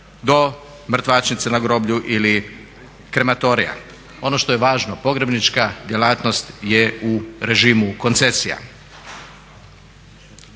do mrtvačnice na groblju ili krematorija. Ono što je važno, pogrebnička djelatnost je u režimu koncesija.